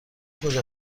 گوجه